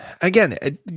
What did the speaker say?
again